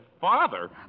Father